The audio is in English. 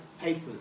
papers